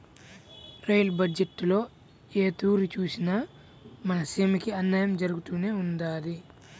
rail బజ్జెట్టులో ఏ తూరి సూసినా మన సీమకి అన్నాయం జరగతానే ఉండాది